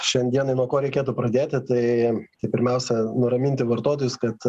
šiandieną nuo ko reikėtų pradėti tai tai pirmiausia nuraminti vartotojus kad